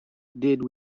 did